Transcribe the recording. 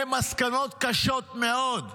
הן מסקנות קשות מאוד.